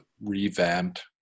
revamped